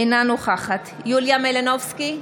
יוליה מלינובסקי,